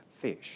fish